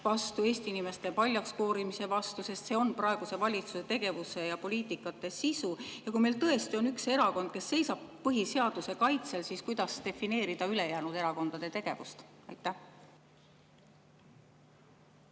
vastu, Eesti inimeste paljaks koorimise vastu, sest see on praeguse valitsuse tegevuse ja poliitika sisu, ja kui meil on tõesti üks erakond, kes seisab põhiseaduse kaitsel, siis kuidas defineerida ülejäänud erakondade tegevust? Aitäh,